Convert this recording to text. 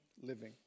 living